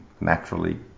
naturally